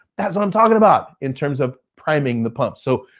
that's what i'm talking about in terms of priming the pump. so,